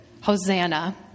Hosanna